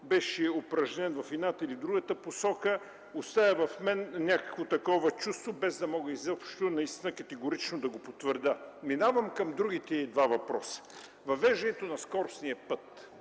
беше упражнен в едната и другата посока, оставя в мен някакво такова чувство, без да мога наистина категорично да го потвърдя. Минавам към другите два въпроса – въвеждането на скоростния път.